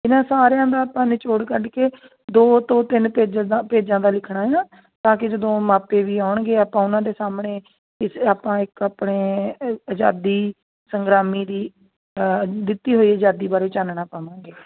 ਇਹਨਾਂ ਸਾਰਿਆਂ ਦਾ ਆਪਾਂ ਨਿਚੋੜ ਕੱਢ ਕੇ ਦੋ ਤੋਂ ਤਿੰਨ ਪੇਜਾਂ ਪੇਜਾਂ ਦਾ ਲਿਖਣਾ ਆ ਤਾਂ ਕਿ ਜਦੋਂ ਮਾਪੇ ਵੀ ਆਉਣਗੇ ਆਪਾਂ ਉਹਨਾਂ ਦੇ ਸਾਹਮਣੇ ਅਤੇ ਆਪਾਂ ਇੱਕ ਆਪਣੇ ਆਜ਼ਾਦੀ ਸੰਗਰਾਮੀ ਦੀ ਦਿੱਤੀ ਹੋਈ ਆਜ਼ਾਦੀ ਬਾਰੇ ਚਾਨਣਾ ਪਾਵਾਂਗੇ